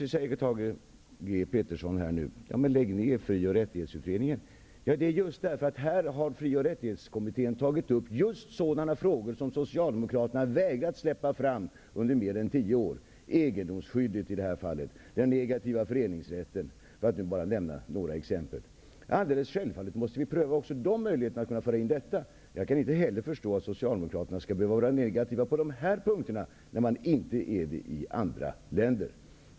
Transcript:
Vidare säger Thage G Peterson att fri och rättighetsutredningen skall läggas ned. Här har frioch rättighetskommittén tagit upp just sådana frågor som Socialdemokraterna under mer än tio år vägrat släppa fram. Egendomsskyddet och den negativa föreningsrätten är några exempel. Alldeles självklart måste det ske en prövning om dessa frågor kan tas med. Jag kan inte heller förstå att Socialdemokraterna skall behöva vara negativa på dessa punkter när man inte är det i andra länder.